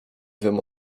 wiem